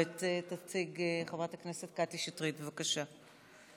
תציג חברת הכנסת קטי שטרית, בבקשה.